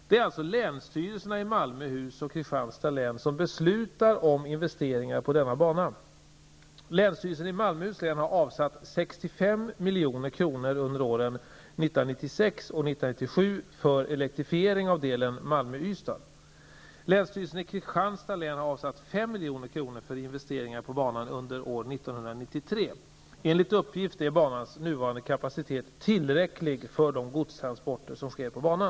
Det är alltså länsstyrelserna i Malmöhus och Kristianstads län som beslutar om investeringar på denna bana. Länsstyrelsen i Malmöhus län har avsatt 65 milj.kr. under åren Ystad. Länsstyrelsen i Kristianstads län har avsatt 5 Enligt uppgift är banans nuvarande kapacitet tillräcklig för de godstransporter som sker på banan.